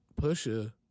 pusha